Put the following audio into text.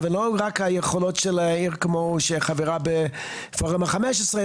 ולא רק היכולות של העיר כמו חברה בפורום ה-15,